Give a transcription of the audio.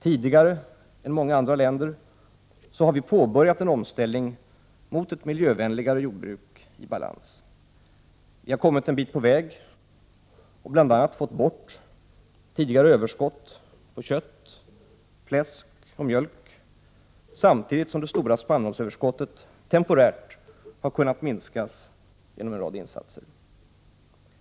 Tidigare än många andra länder har vi påbörjat en omställning mot ett miljövänligare jordbruk i balans. Vi har kommit en bit på väg och bl.a. fått bort tidigare överskott på kött, fläsk och mjölk, samtidigt som det stora spannmålsöverskottet temporärt har kunnat minskas genom en rad insatser.